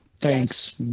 Thanks